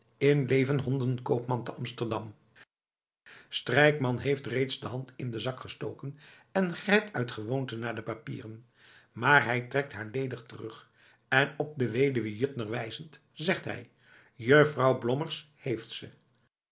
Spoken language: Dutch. in leven hondenkoopman te amsterdam strijkman heeft reeds de hand in den zak gestoken en grijpt uit gewoonte naar de papieren maar hij trekt haar ledig terug en op de weduwe juttner wijzend zegt hij juffrouw blommers heeft ze